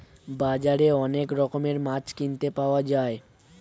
বাজারে অনেক রকমের মাছ কিনতে পাওয়া যায়